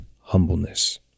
humbleness